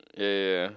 yeah yeah yeah